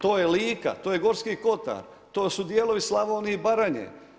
To je Lika, to je Gorski kotar, to su dijelovi Slavonije i Baranje.